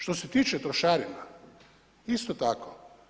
Što se tiče trošarina, isto tako.